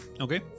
Okay